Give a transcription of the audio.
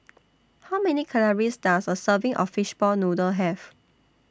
How Many Calories Does A Serving of Fishball Noodle Have